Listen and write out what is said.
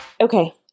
Okay